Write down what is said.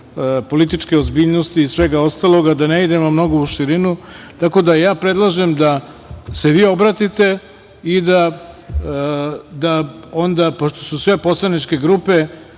političke ozbiljnosti i svega ostalog, a da ne idemo mnogo u širinu, tako da ja predlažem da se vi obratite i da onda, pošto su sve poslaničke grupe